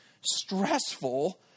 stressful